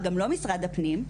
גם לא משרד הפנים,